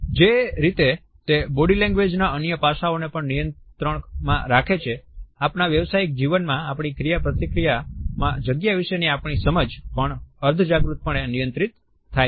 જે રીતે તે બોડી લેંગ્વેજના અન્ય પાસાઓને પણ નિયંત્રણમાં રાખે છે આપણા વ્યવસાયિક જીવનમાં આપણી ક્રિયાપ્રતિક્રિયા માં જગ્યા વિશેની આપણી સમજ પણ અર્ધજાગૃતપણે નિયંત્રિત થાય છે